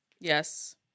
Yes